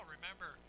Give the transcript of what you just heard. Remember